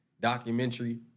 documentary